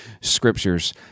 scriptures